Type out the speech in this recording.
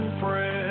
friends